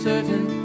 Certain